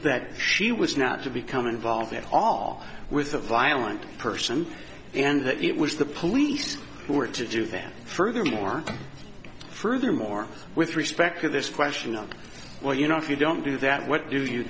that she was not to become involved at all with a violent person and that it was the police who were to do then furthermore furthermore with respect to this question of well you know if you don't do that what